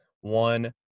One